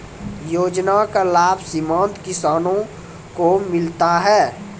योजना का लाभ सीमांत किसानों को मिलता हैं?